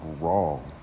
wrong